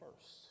first